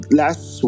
last